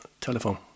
telephone